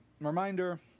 reminder